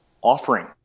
offering